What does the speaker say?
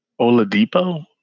Oladipo